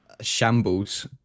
Shambles